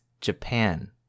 Japan